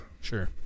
Sure